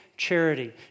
Charity